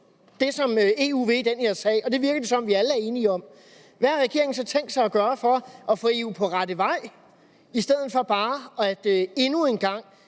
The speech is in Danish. er så indlysende dumt – og det virker det som om vi alle er enige om – hvad har regeringen så tænkt sig at gøre for at få EU på rette vej, i stedet for bare endnu en gang